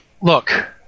look